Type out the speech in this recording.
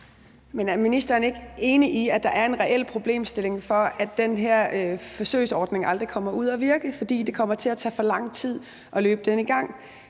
Men er ministeren ikke enig i, at der er en reel problemstilling, i forhold til at den her forsøgsordning aldrig kommer ud at virke, fordi det kommer til at tage for lang tid at løbe den i gang,